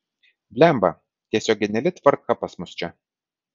blemba tiesiog geniali tvarka pas mus čia